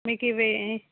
మీకు ఇవి